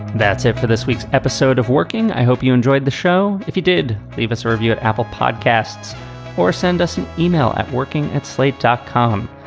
that's it for this week's episode of working. i hope you enjoyed the show. if he did leave a sort of service at apple podcasts or send us an email at working at slate dot com,